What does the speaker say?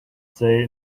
say